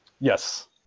Yes